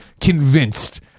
convinced